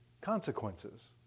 consequences